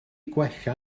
gwella